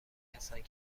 هستند